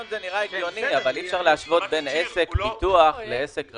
זה נראה הגיוני אבל אי אפשר להשוות בין בית עסק ביטוח לעסק רגיל.